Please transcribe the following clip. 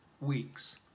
weeks